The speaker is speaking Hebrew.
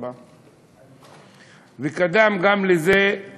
04:00, וקדמו לזה גם